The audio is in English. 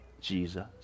Jesus